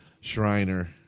Shriner